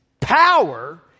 power